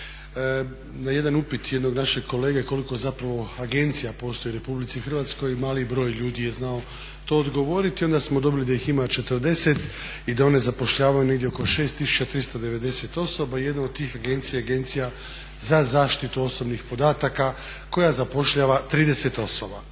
Na jedan upit jednog našeg kolege koliko zapravo agencija postoji u RH mali broj ljudi je znao to odgovoriti, onda smo dobili da ih ima 40 i da one zapošljavaju negdje oko 6390 osoba. Jedna od tih agencija je Agencija za zaštitu osobnih podataka koja zapošljava 30 osoba.